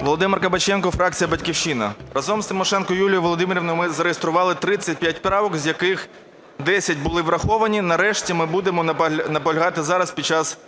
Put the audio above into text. Володимир Кабаченко фракція "Батьківщина". Разом з Тимошенко Юлією Володимирівною ми зареєстрували 35 правок, з яких 10 були враховані. На решті ми будемо наполягати зараз під час